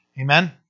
Amen